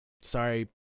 sorry